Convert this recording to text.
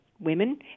women